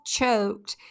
choked